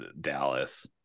Dallas